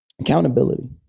Accountability